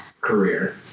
career